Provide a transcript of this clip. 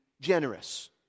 generous